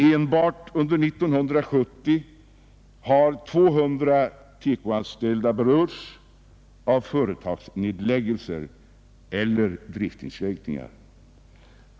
Enbart under år 1970 har 200 TEKO-anställda berörts av företagsnedläggelser eller driftsinskränkningar.